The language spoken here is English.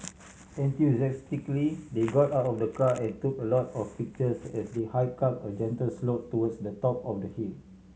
enthusiastically they got out of the car and took a lot of pictures as they hike up a gentle slope towards the top of the hill